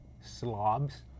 slobs